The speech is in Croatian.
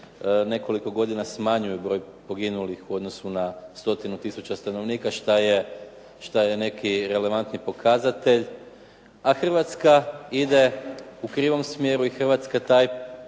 nekoliko godina smanjuju broj poginulih u odnosu na stotinu tisuća stanovnika, što je neki relevantni pokazatelj, a Hrvatska ide u krivom smjeru i Hrvatska taj